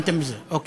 דנתם בזה, אוקיי.